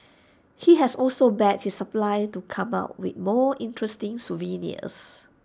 he has also begged his suppliers to come up with more interesting souvenirs